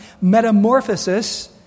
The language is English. metamorphosis